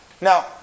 Now